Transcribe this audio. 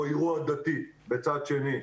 או אירוע דתי בצד שני,